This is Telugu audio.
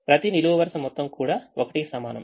ప్రతి నిలువు వరుస మొత్తం కూడా 1కి సమానం